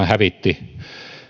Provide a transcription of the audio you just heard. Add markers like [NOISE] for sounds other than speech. [UNINTELLIGIBLE] hävitti